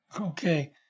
Okay